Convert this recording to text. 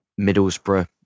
Middlesbrough